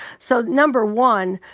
so number one,